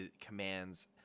commands